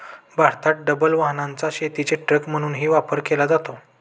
भारतात डबल वाहनाचा शेतीचे ट्रक म्हणूनही वापर केला जातो